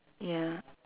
ya